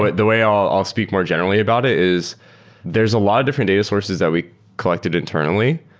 but the way i'll speak more generally about it is there's a lot of different data sources that we collected internally,